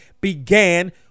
began